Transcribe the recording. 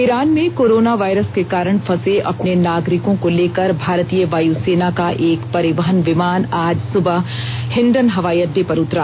Iran में corona virus के कारण फंसे अपने नागरिकों को लेकर भारतीय वायुसेना का एक परिवहन विमान आज सुबह हिंडन हवाई अड्डे पर उतरा